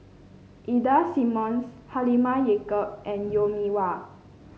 Ida Simmons Halimah Yacob and Mee Wah